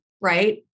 Right